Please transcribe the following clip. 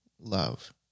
love